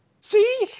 See